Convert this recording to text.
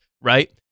Right